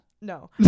no